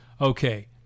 Okay